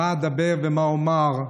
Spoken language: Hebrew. מה אדבר ומה אומר.